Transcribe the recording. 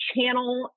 channel